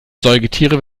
säugetiere